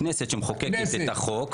הכנסת שמחוקקת את החוק,